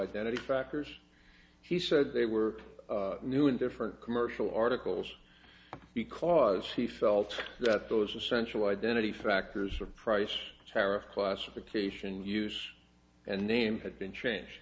identity factors he says they were new and different commercial articles because he felt that those essential identity factors of price tariff classification used and then had been changed